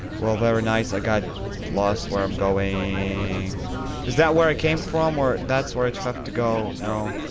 well very nice. i got lost where i'm going is that where i came from? or that's where i have to go? no?